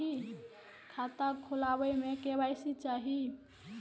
खाता खोला बे में के.वाई.सी के चाहि?